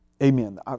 Amen